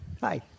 Hi